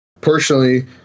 personally